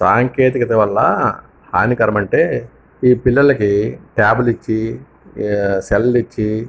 సాంకేతిక వల్ల హానికరం అంటే ఈ పిల్లలకి టాబ్లు ఇచ్చి సెల్లు ఇచ్చి